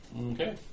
Okay